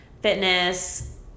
fitness